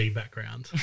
background